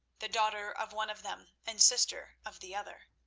the daughter of one of them and sister of the other.